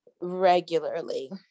regularly